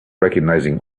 recognizing